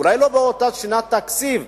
אולי לא באותה שנת תקציב,